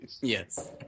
yes